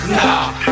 nah